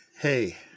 Hey